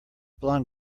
blond